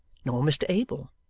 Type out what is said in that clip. nor mr abel,